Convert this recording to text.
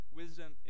wisdom